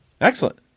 Excellent